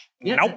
Nope